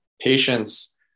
patients